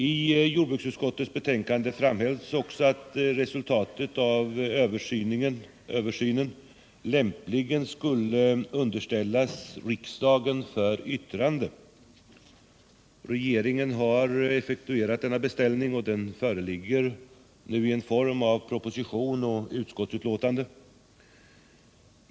I jordbruksutskottets betänkande framhölls också att resultatet av översynen lämpligen skulle underställas riksdagen för yttrande. Regeringen har effektuerat denna beställning, och det föreligger nu en proposition och ett utskottsbetänkande.